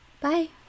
Bye